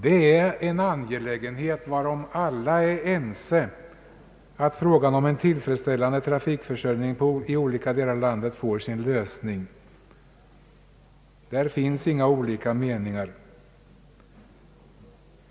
Alla är ense om angelägenheten av att frågan om en tillfredsställande trafikförsörjning i olika delar av landet får sin lösning.